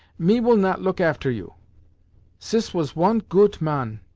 me will not look after you sis was one goot man.